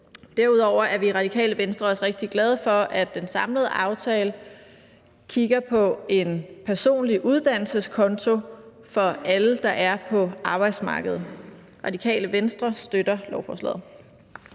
Derudover er vi i Radikale Venstre også rigtig glade for, at den samlede aftale kigger på en personlig uddannelseskonto for alle, der er på arbejdsmarkedet. Radikale Venstre støtter lovforslaget.